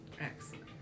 Excellent